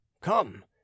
come